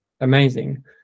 amazing